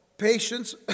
patience